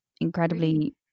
incredibly